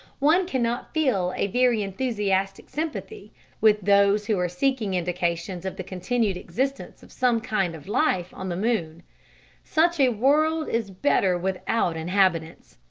one cannot feel a very enthusiastic sympathy with those who are seeking indications of the continued existence of some kind of life on the moon such a world is better without inhabitants.